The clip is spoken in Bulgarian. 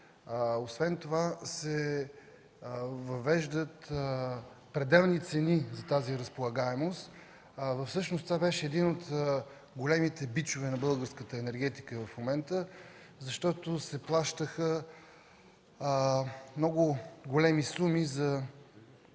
Освен това се въвеждат пределни цени за тази разполагаемост. Всъщност това беше един от големите бичове за българската енергетика в момента, защото се плащаха много големи суми за